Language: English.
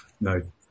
No